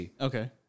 Okay